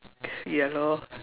ya lor